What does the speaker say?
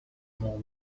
more